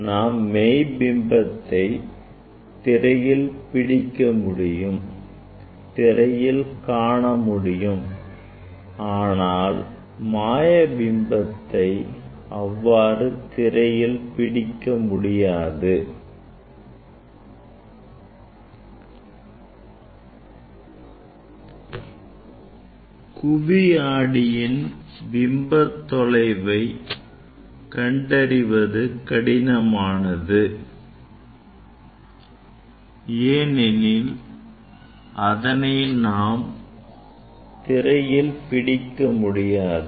நாம் மெய் பிம்பத்தை திரையில் பிடிக்க முடியும் திரையில் காண முடியும் ஆனால் மாய குவி ஆடியின் பிம்ப தொலைவை கண்டறிவது கடினமானது ஏனெனில் அதனை நாம் திரையில் பிடிக்க முடியாது